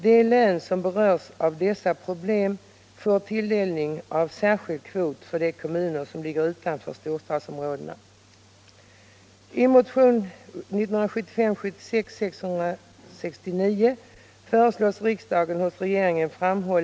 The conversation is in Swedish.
De län som berörs av dessa problem får tilldelning av särskild kvot för de kommuner som ligger utanför storstadsområdena. Utskottet har avstyrkt motionen.